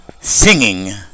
singing